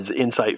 insight